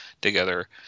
together